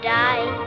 die